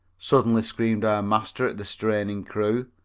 suddenly screamed our master at the straining crew.